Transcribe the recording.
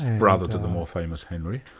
brother to the more famous henry.